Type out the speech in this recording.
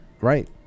Right